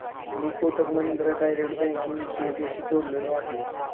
मी Kotak Mahindra direct banking सुविधेशी जोडलेलो आहे?